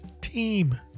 team